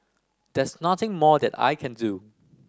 there's nothing more that I can do